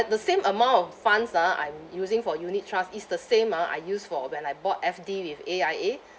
the same amount of funds ah I'm using for unit trust is the same ah I use for when I bought F_D with A_I_A